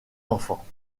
enfants